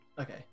Okay